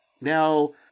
Now